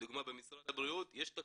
לדוגמה במשרד הבריאות יש תקציב,